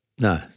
No